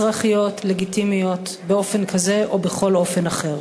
אזרחיות, לגיטימיות, באופן כזה או בכל אופן אחר.